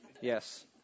yes